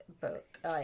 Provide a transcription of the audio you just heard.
book